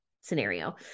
scenario